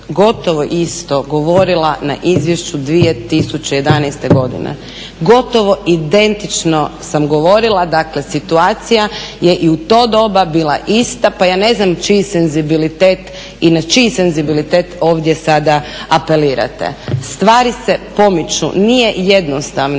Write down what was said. gotovo isto govorila na izvješću 2011. godine, gotovo identično sam govorila. Dakle, situacija je i u to doba bila ista pa ja ne znam čiji senzibilitet i na čiji senzibilitet ovdje sada apelirate. Stvari se pomiču, nije jednostavno.